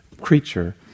creature